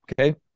okay